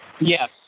Yes